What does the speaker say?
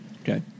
Okay